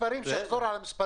ספקי שירות.